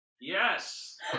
Yes